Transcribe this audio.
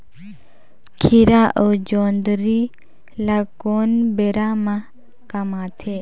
खीरा अउ जोंदरी ल कोन बेरा म कमाथे?